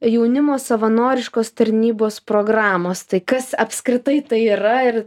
jaunimo savanoriškos tarnybos programos tai kas apskritai tai yra ir